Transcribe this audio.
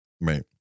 Right